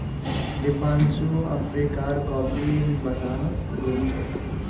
दीपांशु अफ्रीकार कॉफी बागानत घूम छ